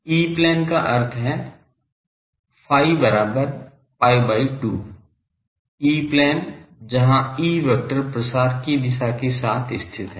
E plane का अर्थ है phi बराबर pi by 2 E प्लेन जहां E वेक्टर प्रसार दिशा के साथ स्थित है